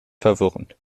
verwirrend